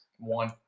One